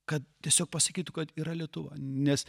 kad tiesiog pasakytų kad yra lietuva nes